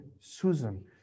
Susan